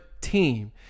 team